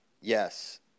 Yes